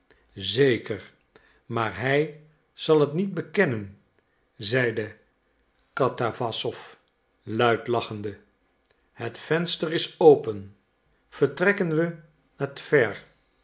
zeker maar hij zal het niet bekennen zeide katawassow luid lachende het venster is open vertrekken we naar